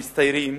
המצטיירים